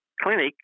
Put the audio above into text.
Clinic